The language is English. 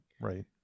Right